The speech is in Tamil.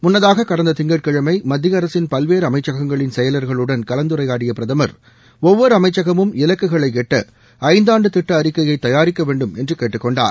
முன்னதாக கடந்த திங்கட்கிழமை மத்திய அரசின் பல்வேறு அமைச்சகங்களின் செயலர்களுடன் கலந்துரையாடிய பிரதமர் ஒவ்வொரு அமைச்சகமும் இலக்குகளை எட்ட ஐந்தாண்டு திட்ட அறிக்கையை தயாரிக்க வேண்டும் என்று கேட்டுக் கொண்டார்